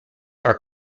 are